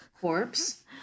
corpse